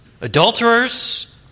adulterers